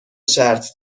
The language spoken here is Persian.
شرط